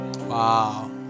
Wow